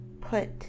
put